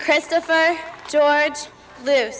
christopher george live